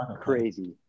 crazy